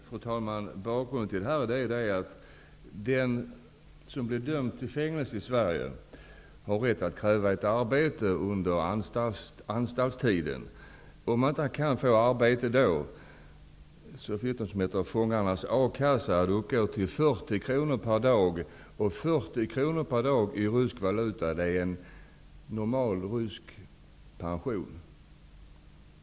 Fru talman! Bakgrunden till frågan är följande. Den som döms till fängelse i Sverige har rätt att kräva ett arbete under anstaltstiden. För den som inte kan få ett arbete då finns det något som kallas för fångarnas A-kassa. Man får 40 kr per dag. 40 kr per dag motsvarar i rysk valuta en normal rysk pension.